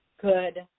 good